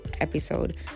episode